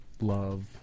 love